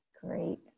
great